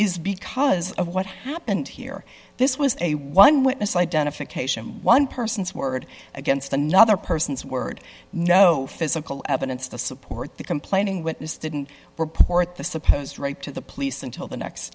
is because of what happened here this was a one witness identification one person's word against another person's word no physical evidence to support the complaining witness didn't report the supposed rape to the police until the next